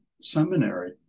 seminary